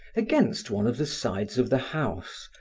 against one of the sides of the house,